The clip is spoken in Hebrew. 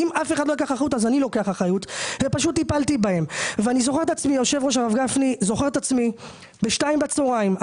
אני זוכר את עצמי ב-14:00 בצוהריים,